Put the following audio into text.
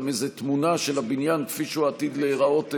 איזו תמונה של הבניין כפי שהוא עתיד להיראות בסיום.